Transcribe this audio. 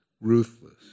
ruthless